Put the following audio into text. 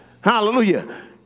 Hallelujah